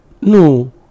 No